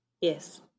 Yes